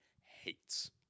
hates